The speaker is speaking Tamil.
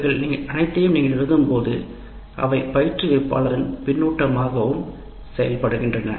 இவை அனைத்தையும் நீங்கள் எழுதும்போது அவை பயிற்றுவிப்பாளரின் பின்னூட்டமாகவும் செயல்படுகின்றன